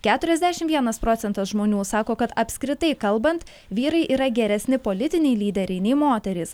keturiasdešimt vienas procentas žmonių sako kad apskritai kalbant vyrai yra geresni politiniai lyderiai nei moterys